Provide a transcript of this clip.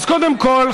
אז קודם כול,